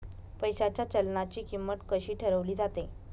पैशाच्या चलनाची किंमत कशी ठरवली जाते